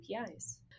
APIs